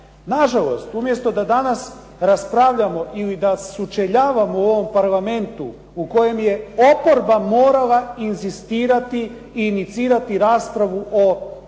Nažalost, umjesto da danas raspravljamo ili da sučeljavamo u ovom parlamentu u kojem je oporba morala inzistirati i inicirati raspravu o stanju